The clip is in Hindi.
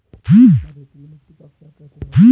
मैं रेतीली मिट्टी का उपचार कैसे कर सकता हूँ?